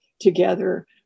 together